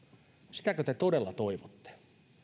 sitäkö te todella toivotte että tässä käy huonosti